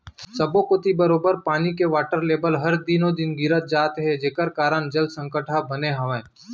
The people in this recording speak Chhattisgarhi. सब्बो कोती बरोबर पानी के वाटर लेबल हर दिनों दिन गिरत जात हे जेकर कारन जल संकट ह बने हावय